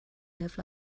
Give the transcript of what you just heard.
live